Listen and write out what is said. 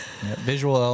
Visual